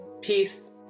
peace